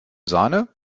sahne